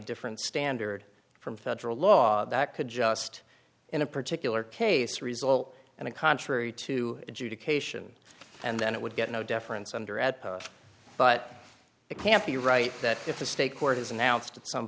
different standard from federal law that could just in a particular case result in a contrary to adjudication and then it would get no deference under at but it can't be right that if the state court is